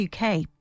UK